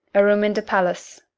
a room in the palace.